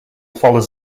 follows